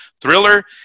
Thriller